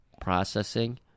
processing